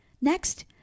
Next